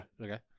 okay